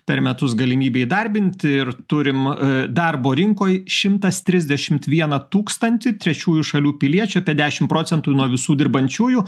per metus galimybė įdarbinti ir turim darbo rinkoj šimtas trisdešimt vieną tūkstantį trečiųjų šalių piliečių apie dešimt procentų nuo visų dirbančiųjų